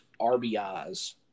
RBIs